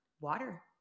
water